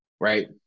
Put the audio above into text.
right